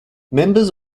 members